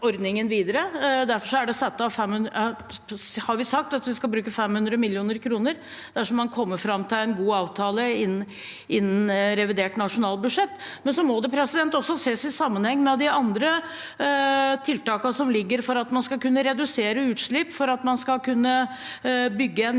ordningen videre. Derfor har vi sagt at vi skal bruke 500 mill. kr dersom man kommer fram til en god avtale innen revidert nasjonalbudsjett. Men dette må også ses i sammenheng med de andre tiltakene som ligger, for at man skal kunne redusere utslipp, for at man skal kunne bygge en